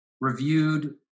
reviewed